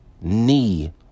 knee